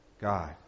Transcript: God